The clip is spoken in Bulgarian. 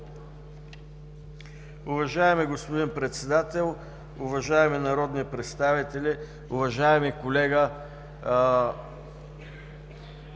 Уважаеми господин Председател, уважаеми народни представители, уважаеми колега!